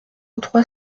trois